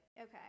Okay